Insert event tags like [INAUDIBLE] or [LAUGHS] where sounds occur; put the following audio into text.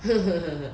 [LAUGHS]